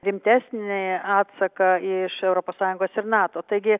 rimtesnį atsaką iš europos sąjungos ir nato taigi